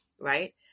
right